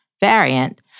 variant